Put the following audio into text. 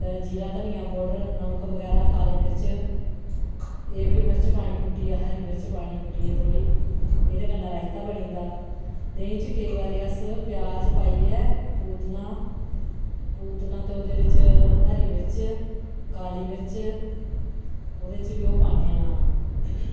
ते जीरा धनिया पाउडर नमक बगैरा काले मिर्च एह्कड़ी मिर्च पानी कुट्टियै हरी मिर्च पानी कुट्टियै थोह्ड़ी एह्दे कन्नै रायता बनी जंदा देहीं च केईं बारी अस प्याज पाइयै पूतना पूतना ते ओह्दे बिच हरी मिर्च काली मिर्च ओह्दे च भी ओह् पान्ने आं